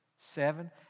seven